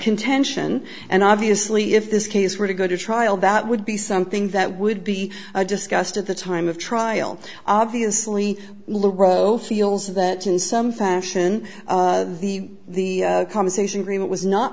contention and obviously if this case were to go to trial that would be something that would be discussed at the time of trial obviously libro feels that in some fashion the the conversation agreement was not